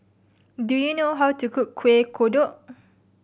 do you know how to cook Kueh Kodok